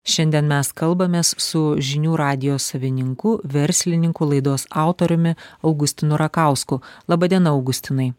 šiandien mes kalbamės su žinių radijo savininku verslininku laidos autoriumi augustinu rakausku laba diena augustinai